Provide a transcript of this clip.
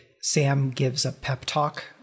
Sam-gives-a-pep-talk